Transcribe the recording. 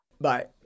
Bye